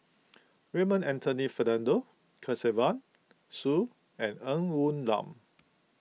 Raymond Anthony Fernando Kesavan Soon and Ng Woon Lam